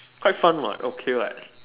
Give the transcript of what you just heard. quite fun what okay what